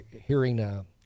hearing